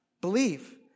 believe